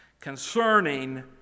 concerning